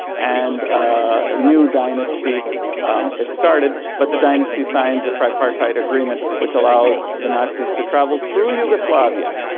and a new dynasty is started, but the dynasty signs a tripartite agreement which allows the nazi's to travel through yugoslavia.